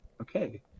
Okay